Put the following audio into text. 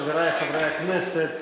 חברי חברי הכנסת,